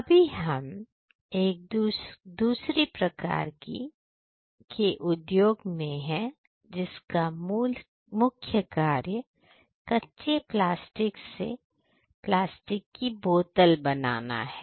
अभी हम एक दूसरी प्रकार की के उद्योग में है जिसका मुख्य कार्य कच्चे प्लास्टिक माल से प्लास्टिक की बोतल में बनाना है